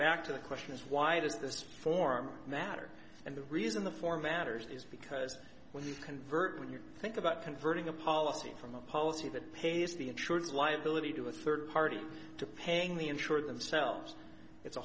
back to the question is why does this form matter and the reason the four matters is because when you convert when you think about converting a policy from a policy that pays the insurance liability to a third party to paying the insured themselves it's a